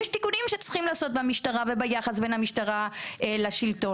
יש תיקונים שצריכים לעשות במשטרה וביחס בין המשטרה לשלטון,